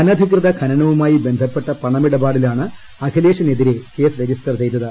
അനധികൃത ഖനനവുമായി ബന്ധപ്പെട്ട പണമിടപാടിലാണ് അഖിലേഷിനെതിരെ കേസ് രജിസ്റ്റർ ചെയ്തത്